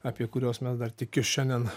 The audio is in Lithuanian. apie kuriuos mes dar tik iš šiandien